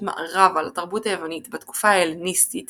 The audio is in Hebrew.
מערבה לתרבות היוונית בתקופה ההלניסטית